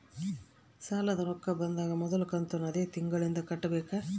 ಸಾಲದ ರೊಕ್ಕ ಬಂದಾಗ ಮೊದಲ ಕಂತನ್ನು ಅದೇ ತಿಂಗಳಿಂದ ಕಟ್ಟಬೇಕಾ?